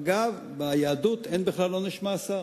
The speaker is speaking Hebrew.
אגב, ביהדות אין בכלל עונש מאסר.